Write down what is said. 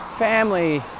family